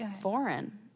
foreign